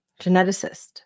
geneticist